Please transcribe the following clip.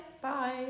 Bye